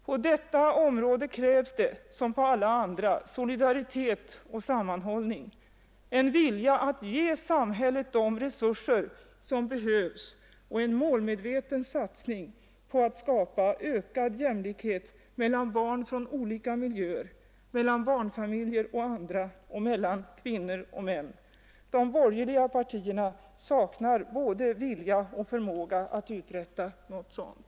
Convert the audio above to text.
På detta liksom på alla andra områden krävs solidaritet och sammanhållning, en vilja att ge samhället de resurser som behövs och en målmedveten satsning på att skapa ökad jämlikhet mellan barn från olika miljöer, mellan barnfamiljer och andra samt mellan kvinnor och män. De borgerliga partierna saknar både vilja och förmåga att uträtta något sådant.